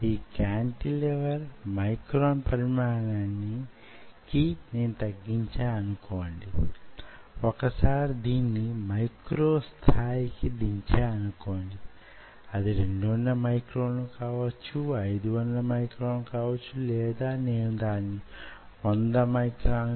అయితే యీ myotube లు తయారయినప్పుడు మీరెంచేయాలి వాటిని సూక్ష్మదర్శిని లేక మైక్రోస్కోప్ లో పరిశీలించాలి ఇక్కడ ఈ సందర్భం లో మీకు నిటారుగా వున్న మైక్రోస్కోప్ లేక సూక్ష్మదర్శిని అవసరమౌతుంది